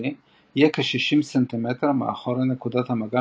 טיפוסי יהיה כ-60 ס"מ מאחורי נקודת המגע